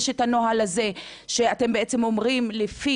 יש את הנוהל הזה שאתם בעצם מדברים עליו,